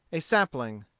a sapling,